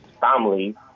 family